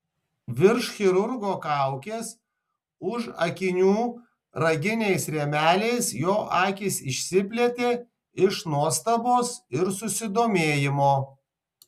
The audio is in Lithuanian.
virš chirurgo kaukės už akinių raginiais rėmeliais jo akys išsiplėtė iš nuostabos ir susidomėjimo